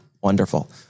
Wonderful